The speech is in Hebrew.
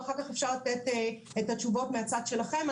ואחר כך אפשר לתת את התשובות מהצד שלכם.